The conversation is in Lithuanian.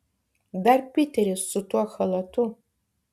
dar piteris su tuo chalatu